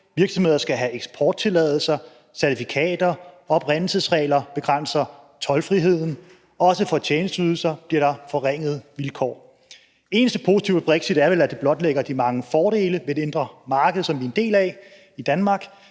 virksomheder skal have eksporttilladelser og certifikater; oprindelsesregler begrænser toldfriheden; også for tjenesteydelser bliver der forringede vilkår. Det eneste positive ved brexit er vel, at det blotlægger de mange fordele ved det indre marked, som vi i Danmark